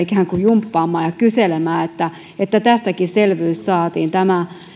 jumppaamaan ja kyselemään että että tästäkin selvyys saatiin tämä